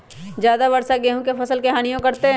ज्यादा वर्षा गेंहू के फसल के हानियों करतै?